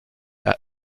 vers